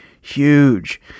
Huge